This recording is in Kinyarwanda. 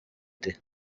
ute